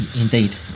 indeed